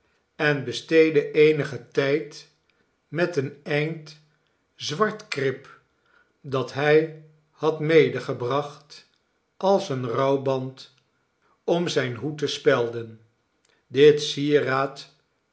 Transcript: en besteedde eenigen tijd met een eind zwart krip dat hij had medegebracht als een rouwband om zijn hoed te spelden dit sieraad